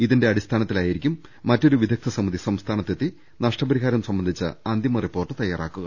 ഇതിന്റെ അടിസ്ഥാ നത്തിലായിരിക്കും മറ്റൊരു വിദഗ്ധ സമിതി സംസ്ഥാനത്തെത്തി നഷ്ടപരിഹാരം സംബന്ധിച്ച അന്തിമ റിപ്പോർട്ട് തയാറാക്കുക